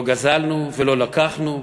לא גזלנו ולא לקחנו.